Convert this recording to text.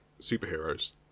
superheroes